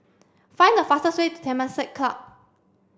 find the fastest way to Temasek Club